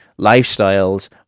lifestyles